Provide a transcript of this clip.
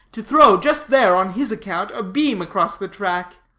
to throw just there, on his account, a beam across the track.